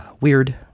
Weird